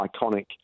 iconic